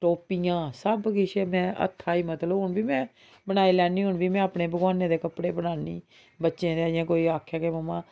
टोपियां सब किश में हत्थें दा गै मतलब हून बी में बनाई लैन्नी हून बी में अपने भगोआने दे कपड़े बनान्नी बच्चें दे अजें कोई आक्खै कि मां